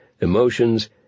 emotions